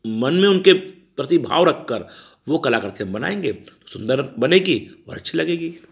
मन उनके प्रति भाव रख कर वह कलाकृति हम बनाएँगे सुन्दर बनेगी और अच्छी लगेगी